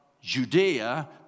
Judea